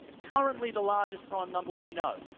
currently the largest prime number we know,